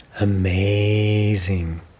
amazing